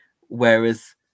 whereas